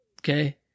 okay